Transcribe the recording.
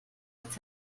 als